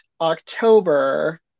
October